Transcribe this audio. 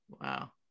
Wow